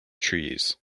trees